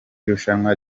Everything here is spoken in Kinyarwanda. rushanwa